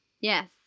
Yes